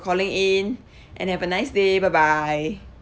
calling in and have a nice day bye bye